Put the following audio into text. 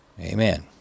Amen